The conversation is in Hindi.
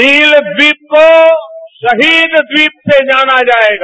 नील ट्वीप को शहीद ट्वीप से जाना जाएगा